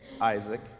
Isaac